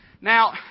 Now